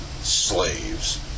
slaves